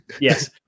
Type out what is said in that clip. yes